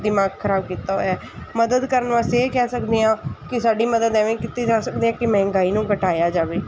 ਦਿਮਾਗ ਖਰਾਬ ਕੀਤਾ ਹੋਇਆ ਮਦਦ ਕਰਨ ਵਾਸਤੇ ਇਹ ਕਹਿ ਸਕਦੇ ਹਾਂ ਕਿ ਸਾਡੀ ਮਦਦ ਐਵੇਂ ਕੀਤੀ ਜਾ ਸਕਦੀ ਹੈ ਕਿ ਮਹਿੰਗਾਈ ਨੂੰ ਘਟਾਇਆ ਜਾਵੇ